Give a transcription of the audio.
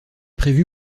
prévu